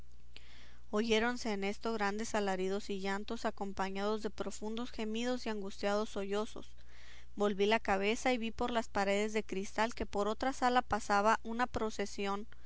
en esto grandes alaridos y llantos acompañados de profundos gemidos y angustiados sollozos volví la cabeza y vi por las paredes de cristal que por otra sala pasaba una procesión